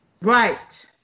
Right